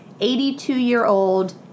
82-year-old